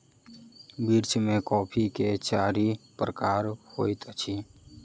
विश्व में कॉफ़ी के चारि प्रकार होइत अछि